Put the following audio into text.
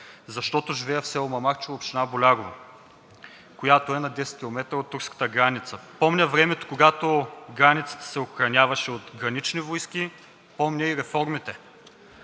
защото живея в село Мамарчево – община Болярово, която е на 10 км от турската граница. Помня времето, когато границата се охраняваше от Гранични войски, помня и реформите.